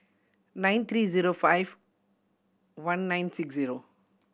nine three zero five one nine six zero